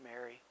Mary